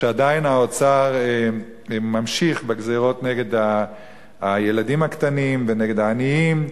שעדיין האוצר ממשיך בגזירות נגד הילדים הקטנים ונגד העניים,